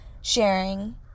sharing